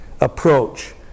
approach